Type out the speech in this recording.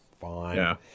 fine